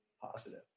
positive